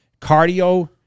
Cardio